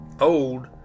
old